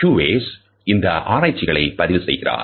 Hughes இந்த ஆராய்ச்சிகளை பதிவு செய்கிறார்